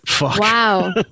Wow